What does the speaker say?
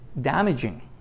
damaging